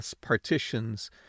partitions